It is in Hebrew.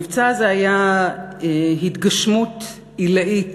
המבצע הזה היה התגשמות עילאית